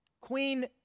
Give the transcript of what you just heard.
Queen